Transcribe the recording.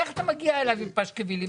איך אתה מגיע אליו עם פשקווילים?